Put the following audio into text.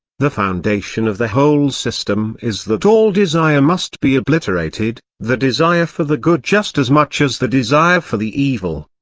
the foundation of the whole system is that all desire must be obliterated, the desire for the good just as much as the desire for the evil.